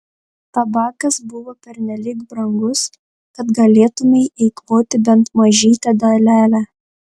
tabakas buvo pernelyg brangus kad galėtumei eikvoti bent mažytę dalelę